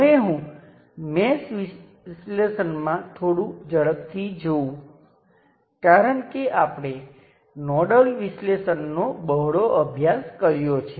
હવે અહીં વોલ્ટેજ દેખીતી રીતે 4 વોલ્ટ છે અને અહીં તે 5 વોલ્ટ છે